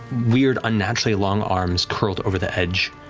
weird, unnaturally long arms curled over the edge,